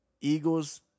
Eagles